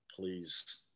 please